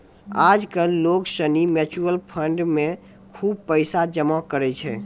आज कल लोग सनी म्यूचुअल फंड मे खुब पैसा जमा करै छै